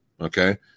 Okay